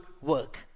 work